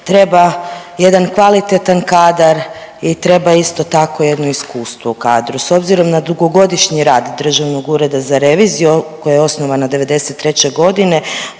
treba jedan kvalitetan kadar i treba, isto tako jedno iskustvo u kadru. S obzirom na dugogodišnji rad Državnog ureda za reviziju koja je osnovana '93. g.,